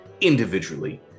individually